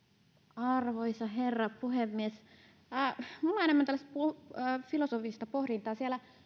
arvoisa herra puhemies minulla on enemmän tällaista filosofista pohdintaa siellä